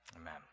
Amen